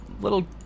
little